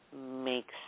makes